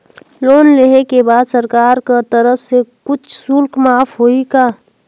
Loan लेहे के बाद सरकार कर तरफ से कुछ शुल्क माफ होही का?